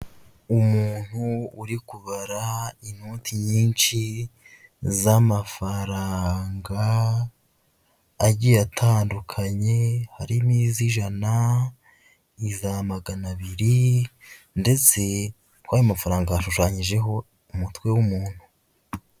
Umuntu uri kubara inoti nyinshi z'amafaranga agiye atandukanye, harimo iz'ijana, iza magana abiri ndetse kuri ayo mafaranga hashushanyijeho umutwe w'umuntu.